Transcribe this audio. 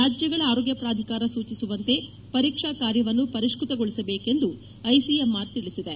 ರಾಜ್ಯಗಳ ಆರೋಗ್ಯ ಪ್ರಾಧಿಕಾರ ಸೂಚಿಸುವಂತೆ ಪರೀಕ್ಷಾ ಕಾರ್ಯವನ್ನು ಪರಿಷ್ಕತಗೊಳಿಸಬೇಕು ಎಂದು ಐಸಿಎಂಆರ್ ತಿಳಿಸಿದೆ